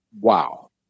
Wow